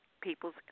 people's